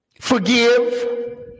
forgive